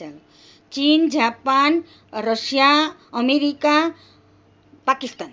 Chin Japan Russia America Pakistan